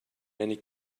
many